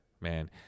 man